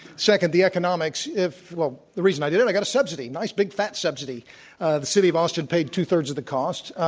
second, the economics well, the reason i did, and i got a subsidy, a nice big fat subsidy. the city of boston paid two-thirds of the cost,